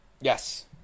yes